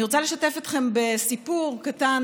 אני רוצה לשתף אתכם בסיפור קטן